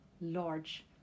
large